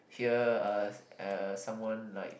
hear uh uh someone like